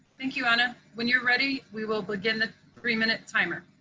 thank you, ana. when you're ready, we will begin the three-minute timer.